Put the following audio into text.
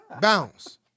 bounce